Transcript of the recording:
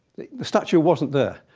the statue wasn't there.